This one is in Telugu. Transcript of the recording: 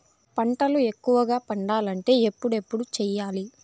పంటల ఎక్కువగా పండాలంటే ఎప్పుడెప్పుడు సేయాలి?